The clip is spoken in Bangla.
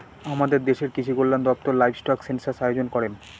আমাদের দেশের কৃষিকল্যান দপ্তর লাইভস্টক সেনসাস আয়োজন করেন